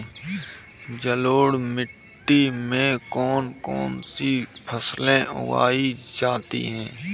जलोढ़ मिट्टी में कौन कौन सी फसलें उगाई जाती हैं?